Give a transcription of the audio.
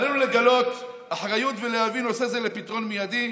עלינו לגלות אחריות ולהביא נושא זה לפתרון מיידי.